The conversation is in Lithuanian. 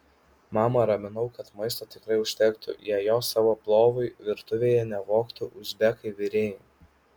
mamą raminau kad maisto tikrai užtektų jei jo savo plovui virtuvėje nevogtų uzbekai virėjai